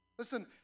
Listen